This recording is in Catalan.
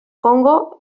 congo